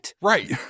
Right